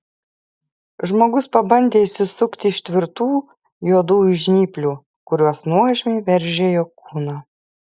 žmogus pabandė išsisukti iš tvirtų juodųjų žnyplių kurios nuožmiai veržė jo kūną